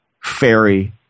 Fairy